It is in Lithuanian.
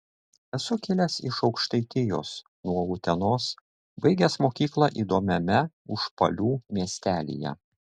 esu kilęs iš aukštaitijos nuo utenos baigęs mokyklą įdomiame užpalių miestelyje